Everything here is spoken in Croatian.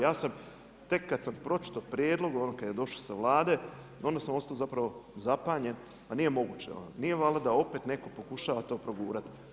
Ja sam tek kada sam pročitao prijedlog onda kada je došao sa Vlade onda sam ostao zapravo zapanjen, pa nije moguće, nije valjda da opet netko pokušava to progurati.